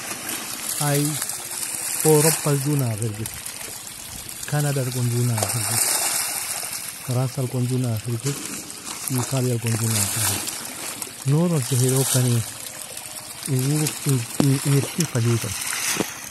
Ay uoropal junan ga firgir, kandal gon junan ga figir, fransal gon junan ga figir, italial gon junan ga firgir. Nouron sehelokani in irkil fa juse ay.